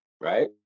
right